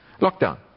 lockdown